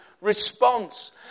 response